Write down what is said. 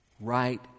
Right